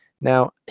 Now